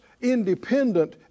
independent